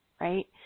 Right